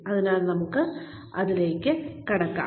അതിനാൽ നമുക്ക് അതിലേക്ക് കടക്കാം